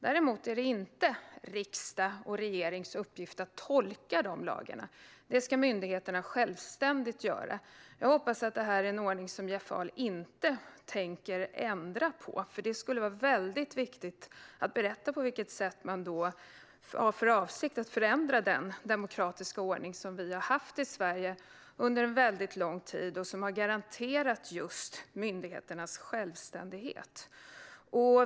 Däremot är det inte riksdagens och regeringens uppgift att tolka dessa lagar; det ska myndigheterna självständigt göra. Jag hoppas att detta är en ordning som Jeff Ahl inte tänker ändra på. Annars är det viktigt att han berättar på vilket sätt han har för avsikt att förändra den demokratiska ordning som vi har haft i Sverige under lång tid och som har garanterat just myndigheternas självständighet.